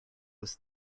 was